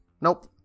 nope